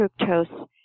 fructose